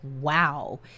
wow